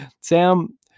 Sam